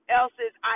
else's